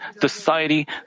society